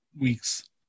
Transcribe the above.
weeks